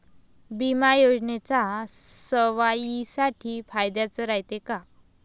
बिमा योजना सर्वाईसाठी फायद्याचं रायते का?